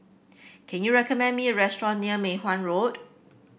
can you recommend me a restaurant near Mei Hwan Road